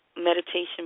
Meditation